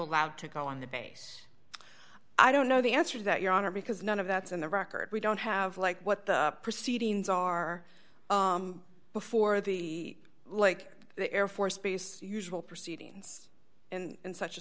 allowed to go on the base i don't know the answer to that your honor because none of that's in the record we don't have like what the proceedings are before the like the air force base usual proceedings and such a